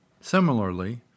Similarly